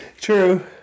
true